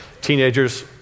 Teenagers